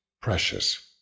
precious